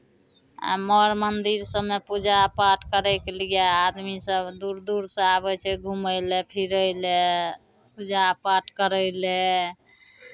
आ मर मन्दिर सभमे पूजा पाठ करयके लिए आदमीसभ दूर दूरसँ आबै छै घुमय लेल फिरय लेल पूजा पाठ करय लेल